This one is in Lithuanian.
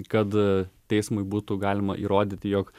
kad teismui būtų galima įrodyti jog